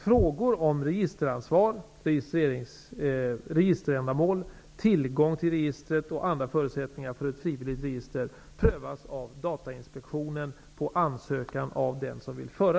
Frågor om registeransvar, registerändamål, tillgång till registret och andra förutsättningar för ett frivilligt register prövas av Datainspektionen på ansökan av den som vill föra registret.